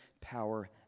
power